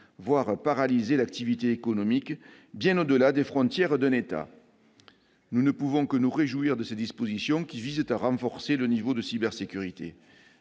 voire de paralyser l'activité économique bien au-delà des frontières d'un État. Nous ne pouvons donc que nous réjouir de ces dispositions qui visent à renforcer le niveau de cybersécurité.